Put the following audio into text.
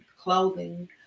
clothing